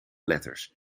letters